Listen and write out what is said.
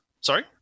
Sorry